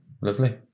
Lovely